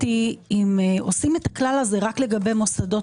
היא אם עושים את הכלל הזה רק לגבי מוסדות,